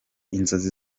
inzozi